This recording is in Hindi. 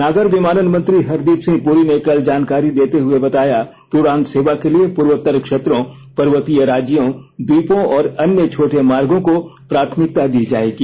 नागर विमानन मंत्री हरदीप सिंह पुरी ने कल जानकारी देते हुए बताया कि उडान सेवा के लिए पूर्वोत्तर क्षेत्रों पर्वतीय राज्यों द्वीपों और अन्य छोटे मार्गों को प्राथमिकता दी जाएगी